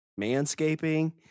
manscaping